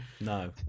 no